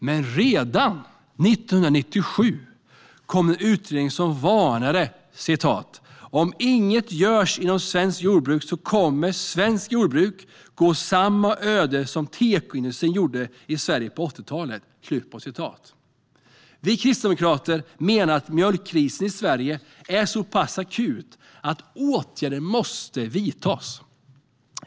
Redan 1997 kom det en utredning som varnade för att om inget görs kommer svenskt jordbruk att gå samma öde till mötes som teko-industrin gjorde i Sverige på 80-talet. Vi kristdemokrater menar att mjölkkrisen i Sverige är så pass akut att åtgärder måste vidtas.